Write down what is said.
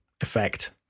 effect